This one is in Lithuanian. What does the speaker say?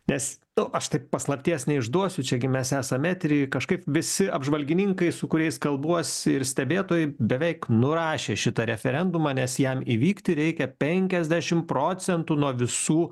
nes nu aš taip paslapties neišduosiu čia gi mes esam etery kažkaip visi apžvalgininkai su kuriais kalbuosi ir stebėtojai beveik nurašė šitą referendumą nes jam įvykti reikia penkiasdešimt procentų nuo visų